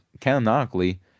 canonically